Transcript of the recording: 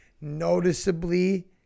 noticeably